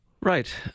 Right